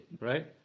right